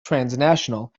transnational